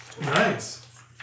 Nice